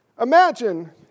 Imagine